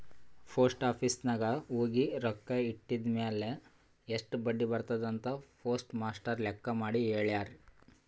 post office ನಾಗ್ ಹೋಗಿ ರೊಕ್ಕಾ ಇಟ್ಟಿದಿರ್ಮ್ಯಾಲ್ ಎಸ್ಟ್ ಬಡ್ಡಿ ಬರ್ತುದ್ ಅಂತ್ ಪೋಸ್ಟ್ ಮಾಸ್ಟರ್ ಲೆಕ್ಕ ಮಾಡಿ ಹೆಳ್ಯಾರ್